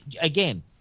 again